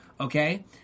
okay